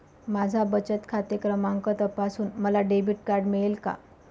माझा बचत खाते क्रमांक तपासून मला डेबिट कार्ड मिळेल का?